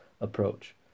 approach